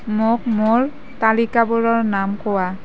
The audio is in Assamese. মোক মোৰ তালিকাবোৰৰ নাম কোৱা